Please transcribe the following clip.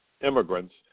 immigrants